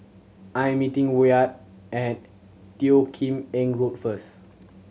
I'm meeting Wyatt at Teo Kim Eng Road first